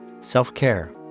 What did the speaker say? self-care